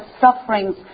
sufferings